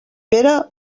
pere